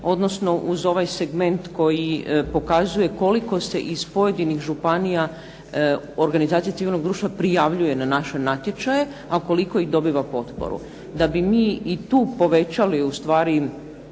odnosno uz ovaj segment koji pokazuje koliko se iz pojedinih županija organizacija civilnog društva prijavljuje na naše natječaje, a koliko ih dobiva potporu. Da bi mi i tu povećali ustvari